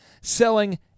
selling